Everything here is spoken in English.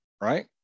right